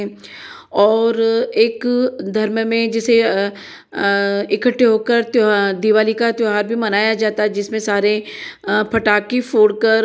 और एक धर्म में जैसे इकट्ठे हो कर त्यो दिवाली का त्योहार भी मनाया जाता है जिसमें सारे पटाके फोड़कर